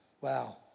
Wow